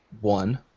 one